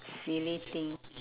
silly thing